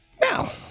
Now